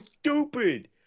stupid